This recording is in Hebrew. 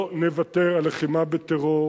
לא נוותר על לחימה בטרור.